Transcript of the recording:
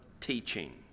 teaching